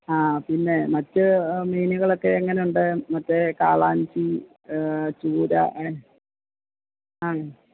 ആ പിന്നേ മറ്റ് മീനുകളൊക്കെ എങ്ങനെ ഉണ്ട് മറ്റേ കാളാഞ്ചി ചൂര ഏ ആ